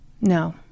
No